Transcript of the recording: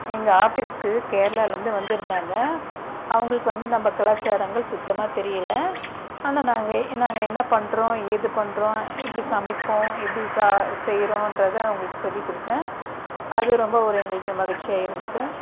எங்கள் ஆபிஸுக்கு கேரளாலந்து வந்திருந்தாங்க அவங்களுக்கு வந்து நம்ம கலாச்சாரங்கள் சுத்தமாக தெரியலை ஆனால் நாங்கள் நாங்கள் என்ன பண்ணுறோம் ஏது பண்ணுறோம் எப்படி சமைப்போம் எப்படி ச செய்கிறோன்றத அவங்களுக்கு சொல்லி கொடுத்தேன் அது ரொம்ப ஒரு எங்களுக்கு மகிழ்ச்சியாக இருந்தது